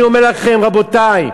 אני אומר לכם, רבותי: